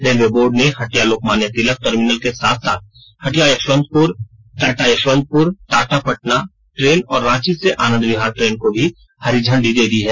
railway board ने Hatia Lokmanya Tilak terminal के साथ साथ हटिया यशवंतपुर टाटा यशवंतपुर टाटा पटना ट्रेन और रांची से आनंदविहार ट्रेन को भी हरी झंडी दे दी है